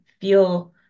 feel